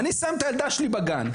אני שם את הילדה שלי בגן,